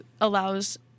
allows